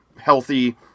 healthy